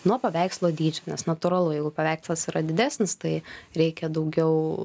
nuo paveikslo dydžio nes natūralu jeigu paveikslas yra didesnis tai reikia daugiau